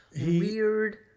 Weird